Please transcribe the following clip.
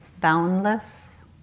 boundless